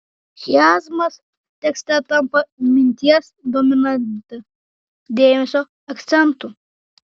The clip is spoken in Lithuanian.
chiazmas tekste tampa minties dominante dėmesio akcentu